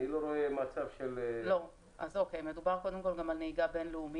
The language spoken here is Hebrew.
אני לא רואה מצב --- מדובר קודם כול גם על נהיגה בין-לאומית.